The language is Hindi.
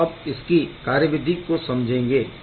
हम अब इसकी कार्यविधि को समझेंगे